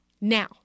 Now